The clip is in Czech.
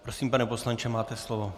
Prosím, pane poslanče, máte slovo.